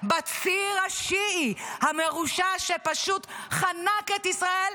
בציר השיעי המרושע שפשוט חנק את ישראל,